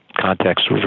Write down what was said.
context